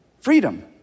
freedom